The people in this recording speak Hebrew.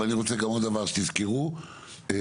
אה, ואני רוצה שגם תזכרו עוד דבר.